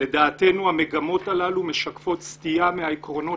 "לדעתנו המגמות הללו משקפות סטייה מהעקרונות